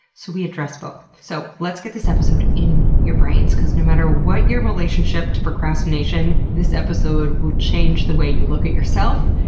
so we address both. so, let's get this episode in your brains, cause no matter what your relationship to procrastination, this episode will change the way you look at yourself,